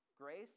Grace